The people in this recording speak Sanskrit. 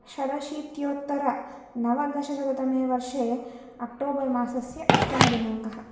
षडशीत्योत्तरनवदशशततमेवर्षे अक्टोबर् मासस्य अष्टमदिनाङ्कः